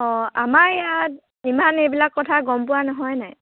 অঁ আমাৰ ইয়াত ইমান এইবিলাক কথা গম পোৱা নহয় নাই